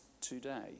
today